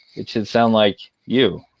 it should sound like you.